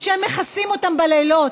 שהם מכסים אותם בלילות,